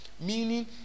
meaning